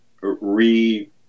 re